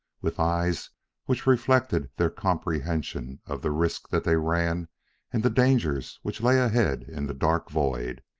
with eyes which reflected their comprehension of the risks that they ran and the dangers which lay ahead in the dark void.